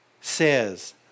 says